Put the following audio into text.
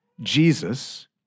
Jesus